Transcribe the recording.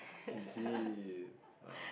is it err